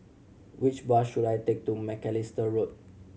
which bus should I take to Macalister Road